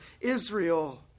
Israel